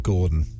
Gordon